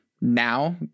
now